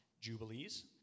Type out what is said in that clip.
Jubilees